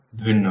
ধন্যবাদ